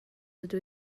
dydw